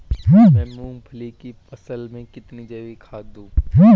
मैं मूंगफली की फसल में कितनी जैविक खाद दूं?